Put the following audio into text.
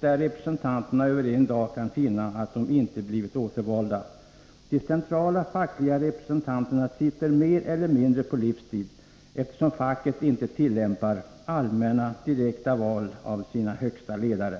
där representanterna över en dag kan finna att de inte blivit återvalda. De centrala fackliga representanterna sitter mer eller mindre på livstid, eftersom facket inte tillämpar allmänna direkta val av sina högsta ledare.